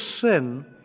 sin